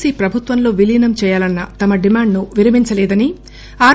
C ప్రభుత్వంలో విలీనం చేయాలన్స తమ డిమాండ్ ని విరమించలేదని ఆర్